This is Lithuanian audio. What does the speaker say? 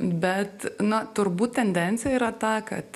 bet na turbūt tendencija yra ta kad